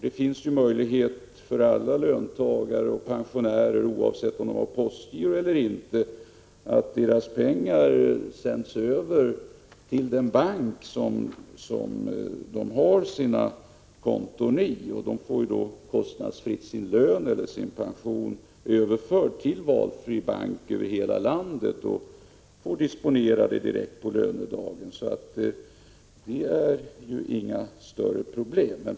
Det finns möjlighet för alla löntagare och pensionärer — oavsett om de har postgiro eller inte — att få sina pengar översända till den bank där man har konto. Man får kostnadsfritt sin lön — eller pension — överförd till valfri bank i hela landet och får disponera pengarna direkt på lönedagen. Detta innebär inga större problem.